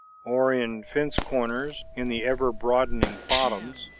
or in fence-corners in the ever-broadening bottoms,